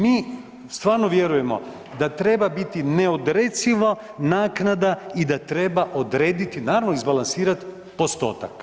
Mi stvarno vjerujemo da treba biti neodreciva naknada i da treba odrediti, naravno izbalansirat postotak.